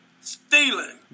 stealing